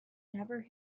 never